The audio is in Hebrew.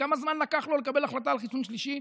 וכמה זמן לקח לו לקבל החלטה על חיסון שלישי?